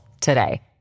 today